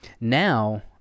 Now